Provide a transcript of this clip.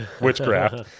witchcraft